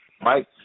Mike